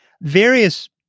various